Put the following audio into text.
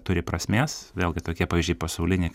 turi prasmės vėlgi tokie pavyzdžiai pasauliniai